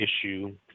issue